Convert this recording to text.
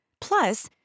Plus